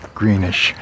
greenish